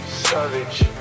savage